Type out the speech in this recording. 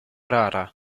rara